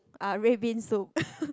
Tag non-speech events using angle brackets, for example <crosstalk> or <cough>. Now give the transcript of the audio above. uh red bean soup <laughs>